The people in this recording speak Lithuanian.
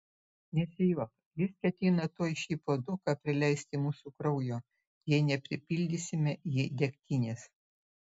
nesijuok jis ketina tuoj šį puoduką prileisti mūsų kraujo jei nepripildysime jį degtinės